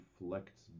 reflects